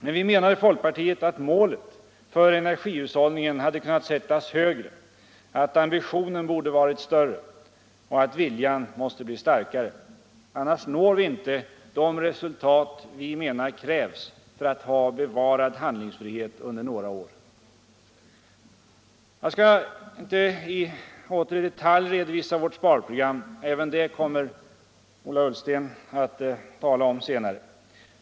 Men vi menar i folkpartiet att målet för energihushållningen hade kunnat sättas högre, att ambitionen borde vara större och att viljan måste bli starkare. Annars når vi inte de resultat vi menar krävs för att ha bevarad handlingsfrihet under några år. Jag skall inte åter i detalj redovisa vårt sparprogram. Även det kommer Ola Ullsten att tala om senare.